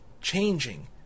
changing